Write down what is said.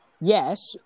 Yes